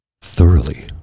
thoroughly